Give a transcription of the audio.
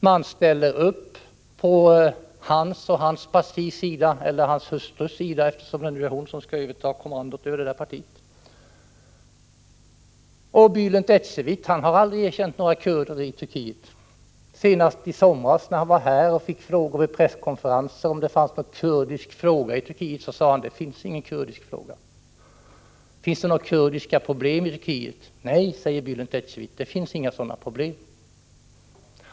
Man ställer upp på hans och hans partis sida — eller hans hustrus, eftersom det är hon som skall överta kommandot över det partiet. Och Bälent Ecevit har aldrig erkänt några kurder i Turkiet. Senast i somras, när han var här och fick frågor vid presskonferenser om det fanns någon kurdisk fråga i Turkiet, sade han att det fanns det inte. Finns det några kurdiska problem i Turkiet, frågades det. Nej, sade Bälent Ecevit, det finns inga sådana problem.